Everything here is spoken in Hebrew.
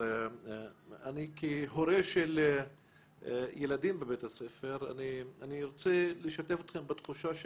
אני כהורה של ילדים בבית הספר רוצה לשתף אתכם בתחושה.